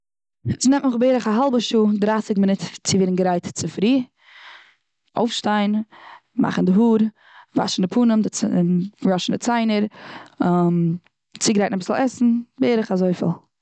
ס'נעמט מיך בערך א האלבע שעה וואס ס'נעמט מיך צו ווערן גרייט צופרי. אויפשטיין, מאכן די האר, וואשן די פנים, צ, בראשן די ציינער, און צוגרייטן אביסל עסן. בערך אזויפיל.